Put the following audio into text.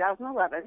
2011